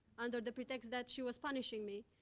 under the pretext that she was punishing me.